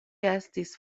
estis